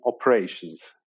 operations